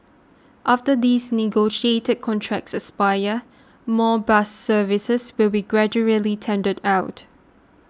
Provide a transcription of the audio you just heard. after these negotiated contracts expire more bus services will be gradually tendered out